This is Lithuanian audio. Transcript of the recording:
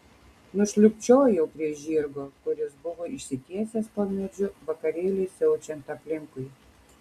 nušlubčiojau prie žirgo kuris buvo išsitiesęs po medžiu vakarėliui siaučiant aplinkui